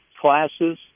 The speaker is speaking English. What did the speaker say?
classes